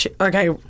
okay